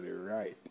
right